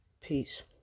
Peace